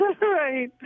Right